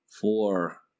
four